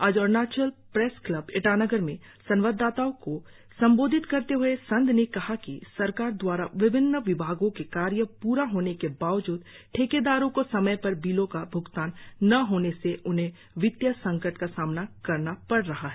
आज Arunachal press club Itanagar में संवाददाताओ को संबोधित करते हए संघ ने कहा कि सरकार दवारा विभिन्न विभागो के कार्य प्रा होने के बावजुद ठेकेदारो को समय पर बिलों का भुगतान न होने से उन्हें वित्तीय संकट का सामना करना पर रहा है